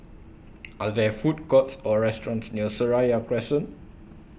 Are There Food Courts Or restaurants near Seraya Crescent